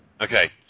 Okay